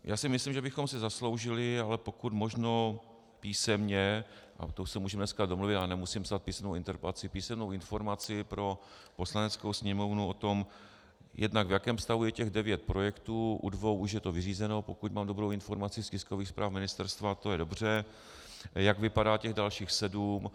Já si myslím, že bychom si zasloužili, ale pokud možno písemně, a na tom se můžeme dneska domluvit, já nemusím psát písemnou interpelaci, písemnou informaci pro Poslaneckou sněmovnu o tom, jednak v jakém stavu je těch devět projektů, u dvou už je to vyřízeno, pokud mám dobrou informaci z tiskových zpráv ministerstva, a to je dobře, a jak vypadá těch dalších sedm.